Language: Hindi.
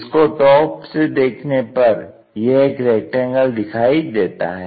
इसको टॉप से देखने पर यह एक रेक्टेंगल दिखाई देता है